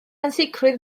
ansicrwydd